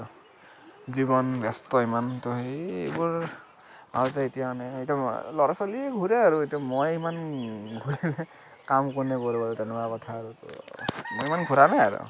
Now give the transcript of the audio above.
জীৱন ব্যস্ত ইমান ত' সেইবোৰ আৰুতো এতিয়া মানে ল'ৰা ছোৱালী ঘূৰে আৰু এতিয়া মই ইমান ঘূৰিলে কাম কোনে কৰিব আৰু তেনেকুৱা কথা আৰু ত' মই ইমান ঘূৰা নাই আৰু